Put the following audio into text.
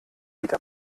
wieder